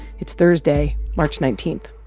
it's thursday, march nineteen point